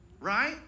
Right